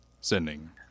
Sending